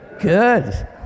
good